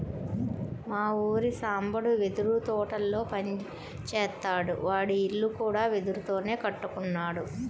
మా ఊరి సాంబడు వెదురు తోటల్లో పని జేత్తాడు, వాడి ఇల్లు కూడా వెదురుతోనే కట్టుకున్నాడు